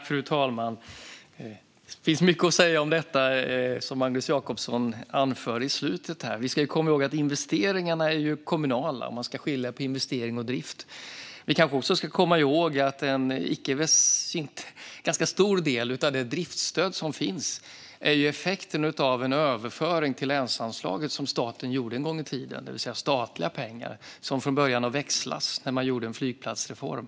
Fru talman! Det finns mycket att säga om det som Magnus Jacobsson anför här på slutet. Vi ska komma ihåg att investeringarna ju är kommunala - man måste skilja på investering och drift. Vi kanske också ska komma ihåg att en ganska stor del av det driftsstöd som finns är effekten av den överföring till länsanslaget som staten gjorde en gång i tiden. Det rör sig alltså om statliga pengar som från början växlades när man gjorde en flygplatsreform.